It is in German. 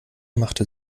machte